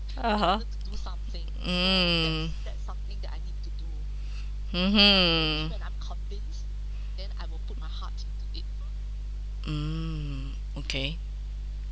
(uh huh) mm mmhmm mm okay